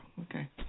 okay